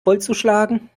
vollzuschlagen